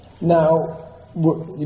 Now